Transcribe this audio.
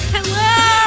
Hello